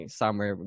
summer